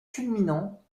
culminant